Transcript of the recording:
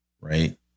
right